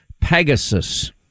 Pegasus